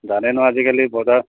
জানে ন' আজিকালি বজা